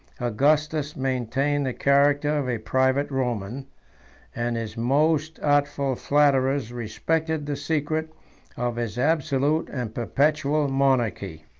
augustus maintained the character of a private roman and his most artful flatterers respected the secret of his absolute and perpetual monarchy.